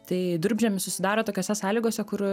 tai durpžemis susidaro tokiose sąlygose kur